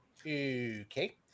Okay